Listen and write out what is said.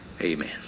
Amen